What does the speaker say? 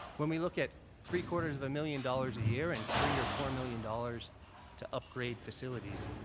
when we look at three-quarters of a million dollars a year and three or four million dollars to upgrade facilities,